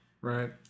Right